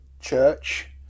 church